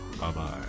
Bye-bye